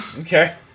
Okay